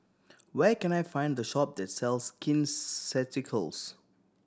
where can I find the shop that sells Skin Ceuticals